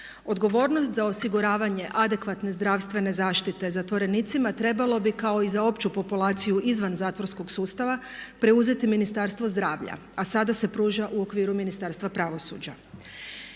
Odgovornost za osiguravanje adekvatne zdravstvene zaštite zatvorenicima trebalo bi kao i za opću populaciju izvan zatvorskog sustava preuzeti Ministarstvo zdravlja, a sada se pruža u okviru Ministarstva pravosuđa.